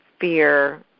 fear